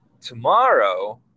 tomorrow